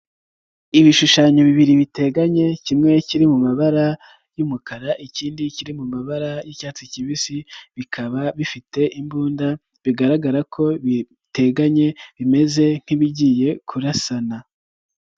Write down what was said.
Ibishushanyo bibiri biteganye, kimwe kiri mu mabara y'umukara, ikindi kiri mabara y'icyatsi kibisi, bikaba bifite imbunda, bigaragara ko biteganye bimeze nk'ibigiye kurasana.